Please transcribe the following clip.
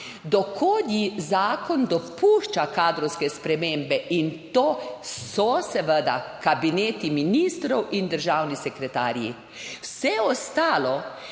do kod ji zakon dopušča kadrovske spremembe. In to so seveda kabineti ministrov in državni sekretarji. Vse ostalo,